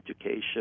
education